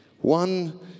One